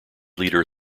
leader